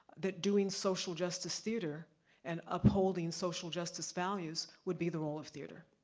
that doing social justice theater and upholding social justice values, would be the role of theater.